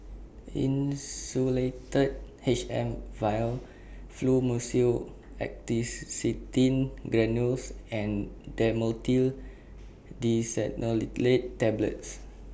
Insulatard H M Vial Fluimucil Acetylcysteine Granules and Dhamotil Diphenoxylate Tablets